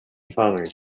infanojn